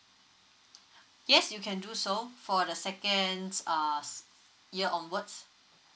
yes you can do so for the second uh year onwards